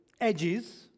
edges